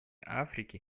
африки